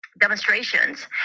demonstrations